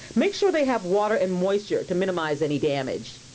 make sure they have water and moisture to minimize any damage.